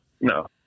no